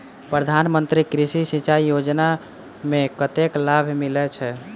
प्रधान मंत्री कृषि सिंचाई योजना मे कतेक लाभ मिलय छै?